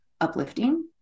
uplifting